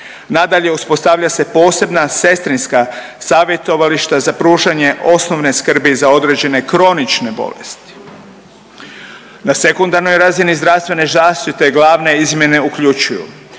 Nadalje, uspostavlja se posebna sestrinska savjetovališta za pružanje osnovne skrbi za određene kronične bolesti. Na sekundarnoj razini zdravstvene zaštite glavne izmjene uključuju